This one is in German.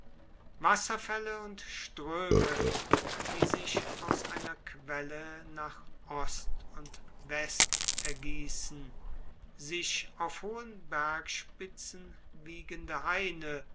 wasserfälle und ströme die sich aus einer quelle nach ost und west ergießen sich auf hohen bergspitzen wiegende haine